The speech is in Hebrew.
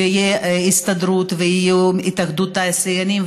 תהיה ההסתדרות ותהיה התאחדות התעשיינים,